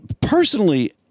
Personally